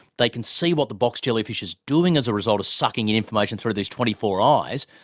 they can see what the box jellyfish is doing as a result of sucking in information through these twenty four eyes,